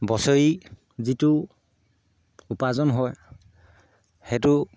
বছৰি যিটো উপাৰ্জন হয় সেইটো